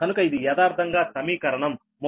కనుక ఇది యదార్థంగా సమీకరణం 38